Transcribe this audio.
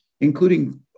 including